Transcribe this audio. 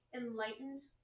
enlightened